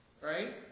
Right